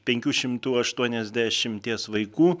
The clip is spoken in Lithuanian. penkių šimtų aštuoniasdešimties vaikų